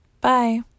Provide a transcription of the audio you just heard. Bye